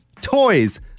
toys